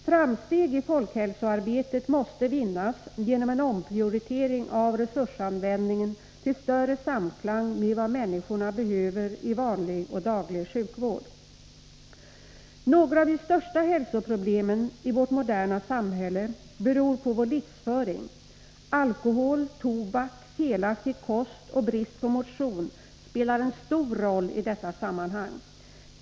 Framsteg i folkhälsoarbetet måste vinnas genom en omprioritering av resursanvändningen till större samklang med vad människorna behöver i vanlig och daglig sjukvård. Några av de största hälsoproblemen i vårt moderna samhälle beror på vår livsföring. Alkohol, tobak, felaktig kost och brist på motion spelar en stor roll idetta sammanhang.